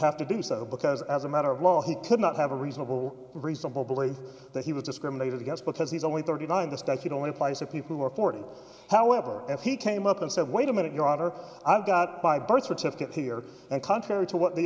have to do so because as a matter of law he could not have a reasonable reasonable belief that he was discriminated against because he's only thirty nine this decade only applies to people who are forty however and he came up and said wait a minute your honor i've got my birth certificate here and contrary to what the